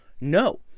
No